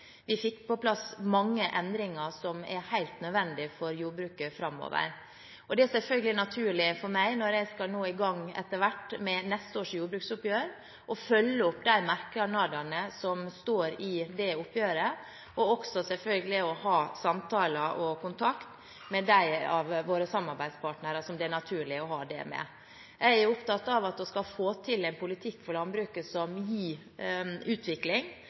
Vi fikk på plass mange endringer som er helt nødvendig for jordbruket framover. Det er selvfølgelig naturlig for meg, når jeg etter hvert skal i gang med neste års jordbruksoppgjør, å følge opp de merknadene som står i det oppgjøret, og også selvfølgelig ha samtaler og kontakt med de av samarbeidspartnerne våre som det er naturlig å ha det med. Jeg er opptatt av at vi skal få til en politikk for landbruket som gir utvikling,